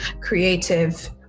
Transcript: creative